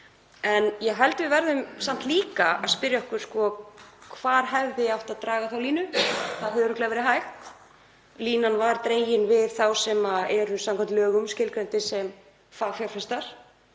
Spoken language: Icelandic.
Ég held við verðum samt líka að spyrja okkur: Hvar hefði átt að draga þá línu? Það hefði örugglega verið hægt. Línan var dregin við þá sem eru samkvæmt lögum skilgreindir sem fagfjárfestar,